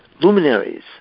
luminaries